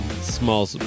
small